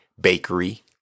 bakery